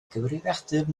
gyfrifiadur